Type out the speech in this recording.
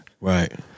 Right